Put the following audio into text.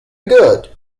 good